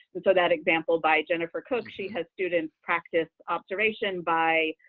and so that example by jennifer cook, she has students practice observation by